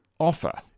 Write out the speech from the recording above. offer